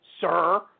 sir